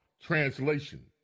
Translation